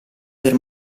per